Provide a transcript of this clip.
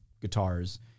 guitars